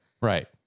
Right